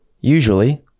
usually